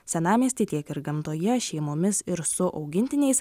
senamiestį tiek ir gamtoje šeimomis ir su augintiniais